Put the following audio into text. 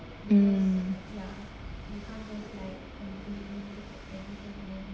mm